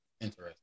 interesting